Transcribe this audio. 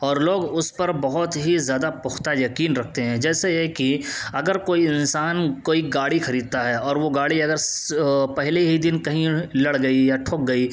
اور لوگ اس پر بہت ہی زیادہ پختہ یقین رکھتے ہیں جیسے یہ کہ اگر کوئی انسان کوئی گاڑی خریدتا ہے اور وہ گاڑی اگر پہلے ہی دن کہیں لڑ گئی یا ٹھک گئی